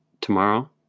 tomorrow